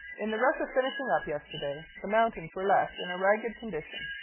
in the rush of finishing up yesterday, the mountains were left in a ragged condition,